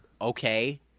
okay